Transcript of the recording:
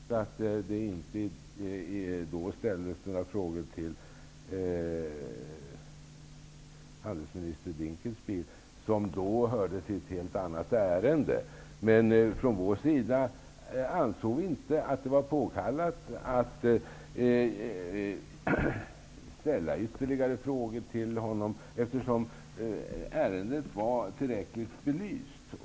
Fru talman! Det är i och för sig riktigt att det inte ställdes några frågor till utrikeshandelsminister Dinkelspiel, som då hördes i ett helt annat ärende. Vi ansåg från vår sida att det inte var påkallat att ställa ytterligare frågor till honom eftersom ärendet var tillräckligt belyst.